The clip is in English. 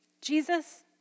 Jesus